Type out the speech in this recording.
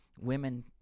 women